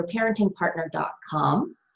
yourparentingpartner.com